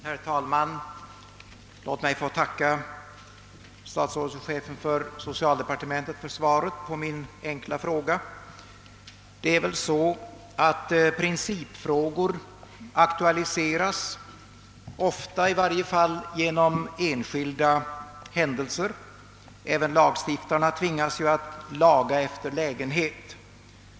Herr talman! Låt mig få tacka statsrådet och chefen för socialdepartementet för svaret på min enkla fråga. Det är väl så att principspörsmål ofta aktualiseras av enskilda händelser. Även lagstiftarna tvingas ibland att laga efter läglighet.